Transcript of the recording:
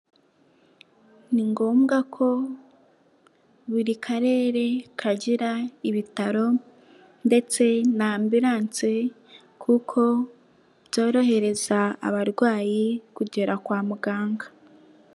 Ni ngombwa ko buri karere kagira ibitaro ndetse na ambilanse, kuko byorohereza abarwayi kugera kwa muganga.